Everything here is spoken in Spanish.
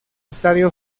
estadio